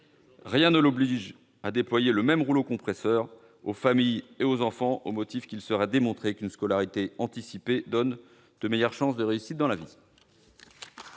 Rien ne l'oblige à déployer le même rouleau compresseur sur les familles et les enfants, au motif qu'il serait démontré qu'une scolarité anticipée donne de meilleures chances de réussite dans la vie.